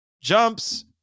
jumps